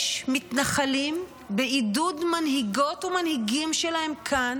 יש מתנחלים, בעידוד מנהיגות ומנהיגים שלהם כאן,